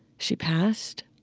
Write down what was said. she passed.